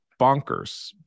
bonkers